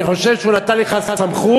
אני חושב שהוא נתן לך סמכות,